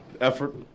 effort